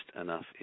enough